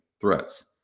threats